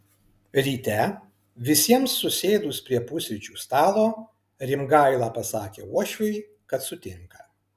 ryte visiems susėdus prie pusryčių stalo rimgaila pasakė uošviui kad sutinka